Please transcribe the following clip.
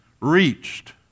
reached